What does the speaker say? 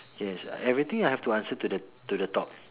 yes uh everything I have to answer to the to the top